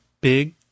big